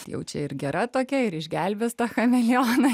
jau čia ir gera tokia ir išgelbės tą chameleoną